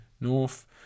north